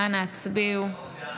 אנא הצביעו.